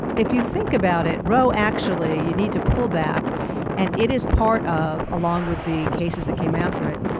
if you think about it, roe actually you need to pull back and it is part of, along with the cases that came after it,